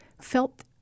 felt